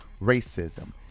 racism